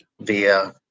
via